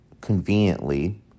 conveniently